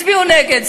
הצביעו נגד,